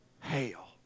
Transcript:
hail